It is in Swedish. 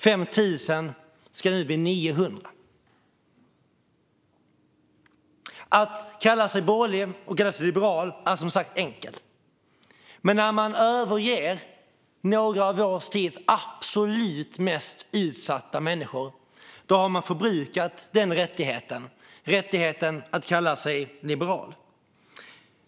5 000 ska nu bli 900. Att kalla sig borgerlig och liberal är som sagt enkelt. Men när man överger några av vår tids absolut mest utsatta människor har man förbrukat rätten att kalla sig liberal.